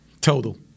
total